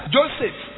Joseph